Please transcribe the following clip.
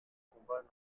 combats